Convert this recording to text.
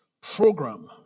program